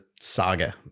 saga